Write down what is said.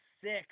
six